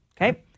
Okay